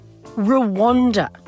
Rwanda